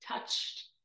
touched